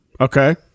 Okay